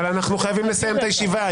אבל אנחנו חייבים לסיים את הישיבה.